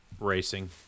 Racing